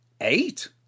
Eight